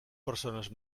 persones